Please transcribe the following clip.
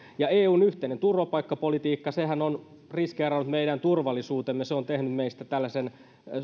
ja eun yhteinen turvapaikkapolitiikkahan on riskeerannut meidän turvallisuutemme ja tehnyt meistä tällaisen